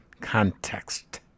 context